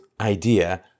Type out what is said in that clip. idea